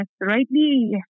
rightly